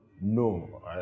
No